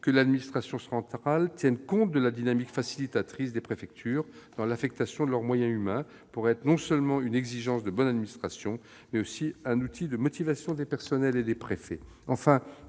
que l'administration centrale tienne compte de la dynamique facilitatrice des préfectures dans l'affectation de leurs moyens humains pourrait être non seulement une exigence de bonne administration, mais aussi un outil de motivation des personnels et des préfets. Enfin,